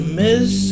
miss